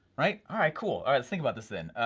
right? all right, cool, let's think about this then.